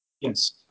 Yes